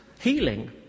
healing